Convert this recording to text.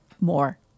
more